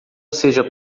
seja